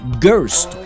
Ghost